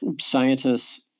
scientists